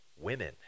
women